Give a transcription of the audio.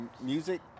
music